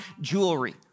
jewelry